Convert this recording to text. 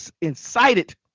incited